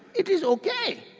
it is okay.